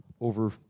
over